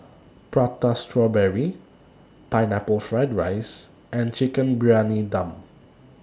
Prata Strawberry Pineapple Fried Rice and Chicken Briyani Dum